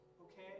Okay